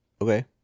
Okay